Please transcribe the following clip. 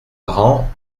grands